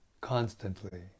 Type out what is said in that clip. constantly